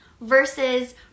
versus